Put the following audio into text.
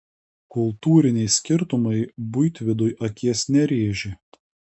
kultūriniai skirtumai buitvidui akies nerėžė